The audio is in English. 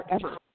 forever